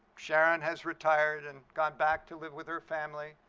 sharon has retired and gone back to live with her family,